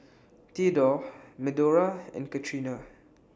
Thedore Medora and Catrina